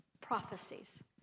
prophecies